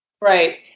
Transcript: Right